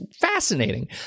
fascinating